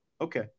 okay